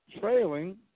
trailing